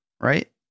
right